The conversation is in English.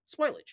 spoilage